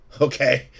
Okay